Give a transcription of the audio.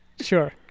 sure